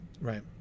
Right